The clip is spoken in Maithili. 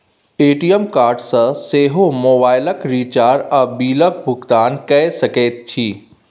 ए.टी.एम कार्ड सँ सेहो मोबाइलक रिचार्ज आ बिलक भुगतान कए सकैत छी